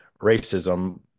racism